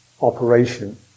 operation